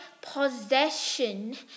Possession